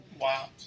Wow